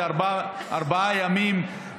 זה ארבעה ימים,